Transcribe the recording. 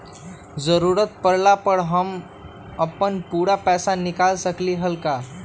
जरूरत परला पर हम अपन पूरा पैसा निकाल सकली ह का?